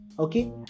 Okay